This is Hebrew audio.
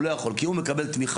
הוא לא יכול כי הוא מקבל תמיכה,